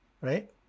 Right